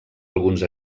alguns